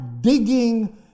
digging